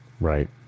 Right